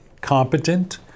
competent